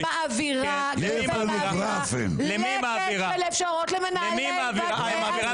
אנחנו הלהט"בים, אנחנו שולחים את